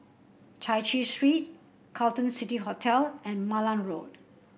Chai Chee Street Carlton City Hotel and Malan Road